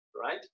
Right